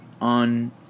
on